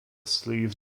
sleeve